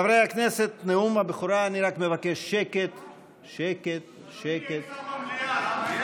לחברי הכנסת וגם לשאר הציבור להאזין למה